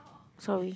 sorry